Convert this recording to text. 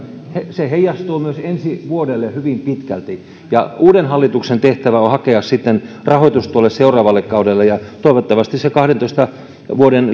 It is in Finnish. se heijastuu myös ensi vuodelle hyvin pitkälti uuden hallituksen tehtävä on hakea sitten rahoitus tuolle seuraavalle kaudelle ja toivottavasti se kahdentoista vuoden